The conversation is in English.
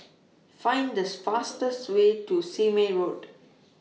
Find The fastest Way to Sime Road